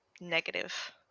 negative